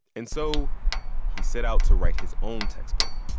and so he set out to write his own textbook